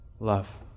Love